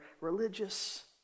religious